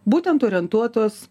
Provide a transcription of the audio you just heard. būtent orientuotos